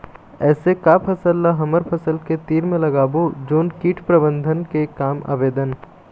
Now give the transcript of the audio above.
ऐसे का फसल ला हमर फसल के तीर मे लगाबो जोन कीट प्रबंधन के काम आवेदन?